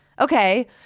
Okay